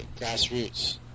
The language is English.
grassroots